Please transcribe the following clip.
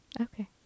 Okay